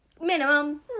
minimum